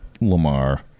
Lamar